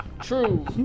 True